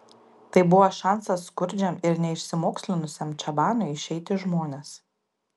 tai buvo šansas skurdžiam ir neišsimokslinusiam čabanui išeiti į žmones